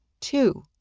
Two